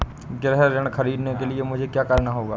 गृह ऋण ख़रीदने के लिए मुझे क्या करना होगा?